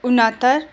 उन्हत्तर